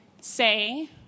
say